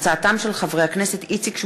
הצעתם של חברי הכנסת איציק שמולי,